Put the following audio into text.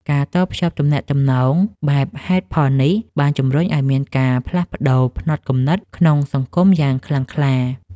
ការតភ្ជាប់ទំនាក់ទំនងបែបហេតុផលនេះ បានជំរុញឱ្យមានការផ្លាស់ប្តូរផ្នត់គំនិតក្នុងសង្គមយ៉ាងខ្លាំងក្លា។